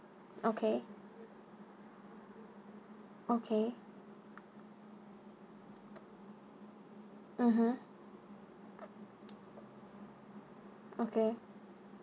okay okay mmhmm okay